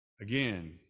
Again